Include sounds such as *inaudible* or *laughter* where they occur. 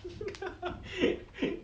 *laughs*